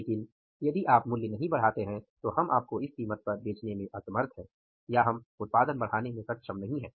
लेकिन यदि आप मूल्य नहीं बढ़ाते हैं तो हम आपको इस कीमत पर बेचने में असमर्थ हैं या हम उत्पादन बढ़ाने में सक्षम नहीं हैं